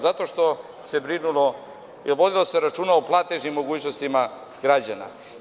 Zato što se vodilo računa o platežnim mogućnostima građana.